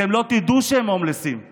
אתם לא תדעו שהם שתיינים,